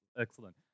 Excellent